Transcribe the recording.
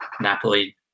Napoli